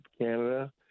Canada